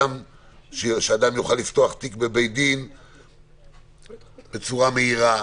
שאפשר יהיה לפתוח תיק בצורה מהירה,